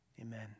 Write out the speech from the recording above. amen